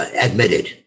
admitted